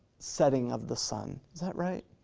setting of the sun, is that right?